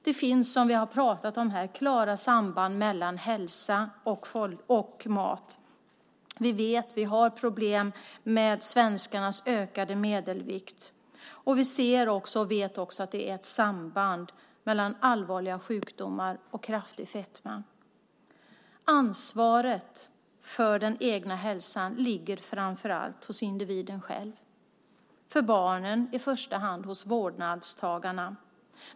Det finns, som vi har pratat om här, klara samband mellan hälsa och mat. Vi har problem med svenskarnas ökade medelvikt, och vi vet också att det finns ett samband mellan allvarliga sjukdomar och kraftig fetma. Ansvaret för den egna hälsan ligger framför allt hos individen själv, för barnen i första hand hos vårdnadshavarna.